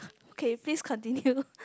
okay please continue